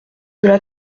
cela